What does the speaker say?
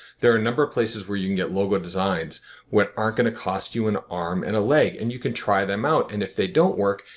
there are a number of places where you can get logo designs that aren't going to cost you an arm and a leg. and you can try them out and if they don't work,